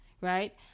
right